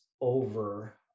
over